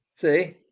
See